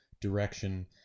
direction